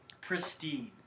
Pristine